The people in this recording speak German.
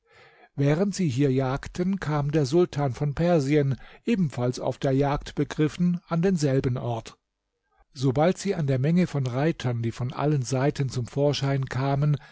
während sie hier jagten kam der sultan von persien ebenfalls auf der jagd begriffen an denselben ort sobald sie an der menge von reitern die von allen seiten zum vorschein kamen